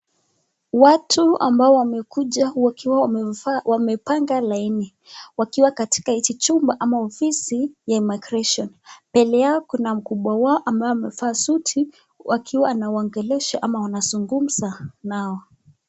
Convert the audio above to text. Watu ambao wamekuja wakiwa wamepanga laini wakiwa katika hiki chuma ama ofisi ya migration , mbele yao kuna mkubwa wao ambaye amevaa suti akiwa anawaongelesha ama wanazungumza nao.